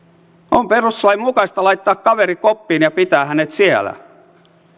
on perustuslain mukaista laittaa kaveri koppiin ja pitää hänet siellä